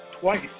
twice